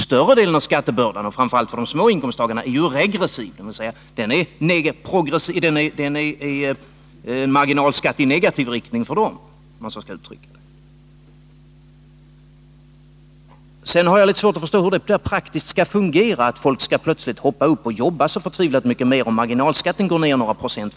Större delen av skattebördan — det gäller framför allt för de små inkomsttagarna — är ju regressiv, vilket kan uttryckas som en marginalskatt i negativ riktning. Jag har dessutom litet svårt att förstå hur det praktiskt skall fungera att folk plötsligt skall jobba så förtvivlat mycket mer, om marginalskatten går ner några procent.